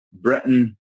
britain